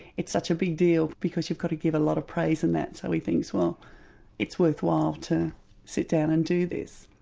it's such a big deal because you've got to give a lot of praise and that, so he thinks, well it's worthwhile to sit down and do this.